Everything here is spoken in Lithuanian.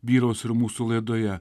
vyraus ir mūsų laidoje